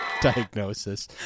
diagnosis